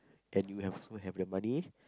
and you have also have the money